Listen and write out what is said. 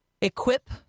equip